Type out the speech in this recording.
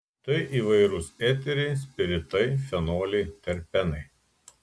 tai įvairūs eteriai spiritai fenoliai terpenai